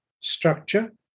structure